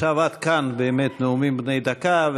עד כאן, באמת, נאומים בני דקה.